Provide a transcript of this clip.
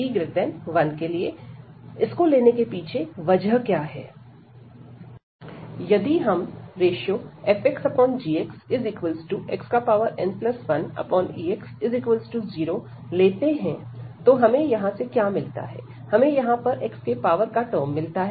इसको लेने के पीछे वजह क्या है यदि हम fxgx xn1ex 0 लेते हैं तो हमें यहां से क्या मिलता है हमें यहां पर x के पावर का टर्म मिलता है